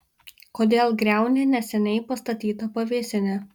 kodėl griauni neseniai pastatytą pavėsinę